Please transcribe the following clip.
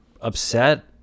upset